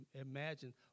imagine